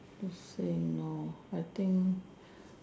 to say no I think